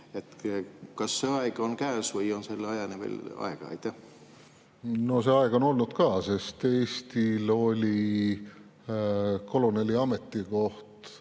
Kas see aeg on käes või on selle ajani veel aega? No see aeg on olnud ka. Eestil oli koloneli ametikoht